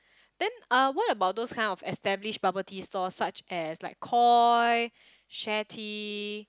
then uh what about those kind of established bubble tea store such as like Koi Sharetea